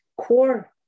core